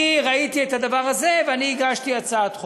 אני ראיתי את הדבר הזה, ואני הגשתי הצעת חוק,